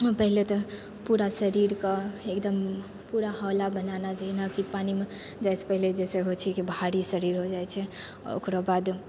पहले तऽ पूरा शरीरके एकदम पूरा हौला बनाना चाही नहि कि पानीमे जाइसँ पहिले होइ छै कि भारी शरीर होइ जाइ छै ओकराबाद